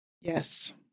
Yes